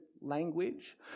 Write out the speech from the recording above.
language